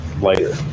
later